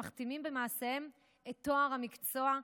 המכתימים במעשיהם את טוהר המקצוע,